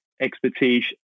expertise